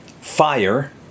Fire